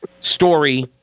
story